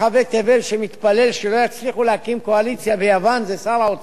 תבל שמתפלל שלא יצליחו להקים קואליציה ביוון זה שר האוצר?